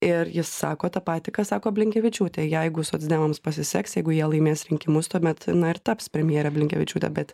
ir jis sako tą patį ką sako blinkevičiūtė jeigu socdemams pasiseks jeigu jie laimės rinkimus tuomet na ir taps premjere blinkevičiūtė bet